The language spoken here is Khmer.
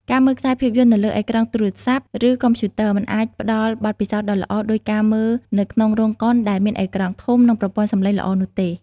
ការមើលខ្សែភាពយន្តនៅលើអេក្រង់ទូរស័ព្ទឬកុំព្យូទ័រមិនអាចផ្តល់បទពិសោធន៍ដ៏ល្អដូចការមើលនៅក្នុងរោងកុនដែលមានអេក្រង់ធំនិងប្រព័ន្ធសំឡេងល្អនោះទេ។